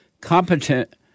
competent